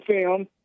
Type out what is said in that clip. film